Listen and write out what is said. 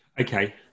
okay